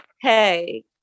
Hey